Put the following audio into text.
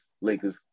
Lakers